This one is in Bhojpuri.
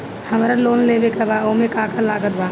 हमरा लोन लेवे के बा ओमे का का लागत बा?